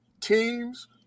teams